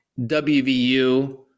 WVU